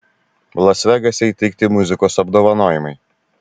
las vegase įteikti muzikos apdovanojimai